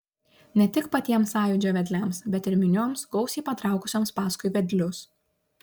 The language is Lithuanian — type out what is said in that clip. ne tik patiems sąjūdžio vedliams bet ir minioms gausiai patraukusioms paskui vedlius